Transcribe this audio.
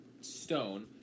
stone